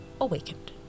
awakened